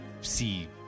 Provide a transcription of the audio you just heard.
see